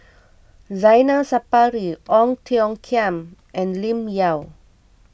Zainal Sapari Ong Tiong Khiam and Lim Yau